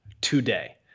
today